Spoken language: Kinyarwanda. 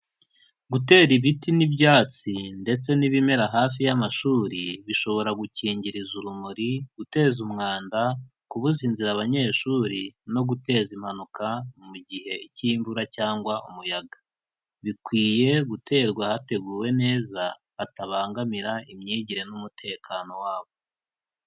Gutera ibiti n'ibyatsi ndetse n'ibimera hafi y'amashuri bishobora gukingiriza urumuri, guteza umwanda, kubuza inzira abanyeshuri no guteza impanuka mu gihe cy'imvura cyangwa umuyaga, bikwiye guterwa ahateguwe neza bitabangamira imyigire n'umutekano wabo.